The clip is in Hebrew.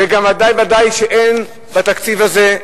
וגם ודאי וודאי שאין בתקציב הזה,